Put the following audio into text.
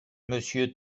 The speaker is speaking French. monsieur